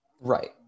Right